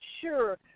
sure